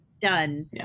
done